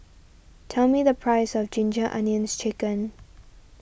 tell me the price of Ginger Onions Chicken